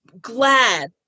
glad